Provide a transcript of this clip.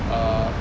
err